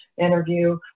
interview